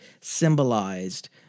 symbolized